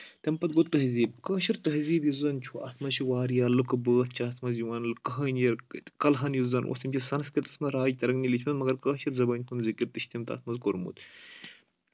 تَمہِ پَتہٕ گوٚو تہزیٖب کٲشُر تہزیٖب یُس زَن چھُ اَتھ منٛز چھِ واریاہ لُکھ بٲتھ چھِ اَتھ منٛز یِوان کَہٲنیہِ کلہن یُس زَن اوس تِم چھِ سَنسکرتَس منٛز راج ترگن لیکھ منٛز مگر کٲشِر زبٲنۍ ہُنٛد تہِ چھِ تٔمۍ تَتھ منٛز کوٚرمُت